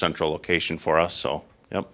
central location for us so y